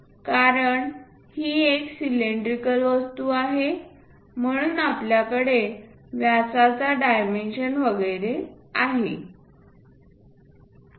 कारण ही एक सिलेंड्रिकल वस्तू आहे म्हणून आपल्याकडे व्यासाचा डायमेन्शन वगैरे आहे